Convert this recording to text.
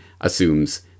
assumes